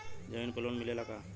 जमीन पर लोन मिलेला का?